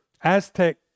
Aztec